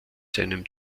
seinem